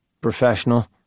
Professional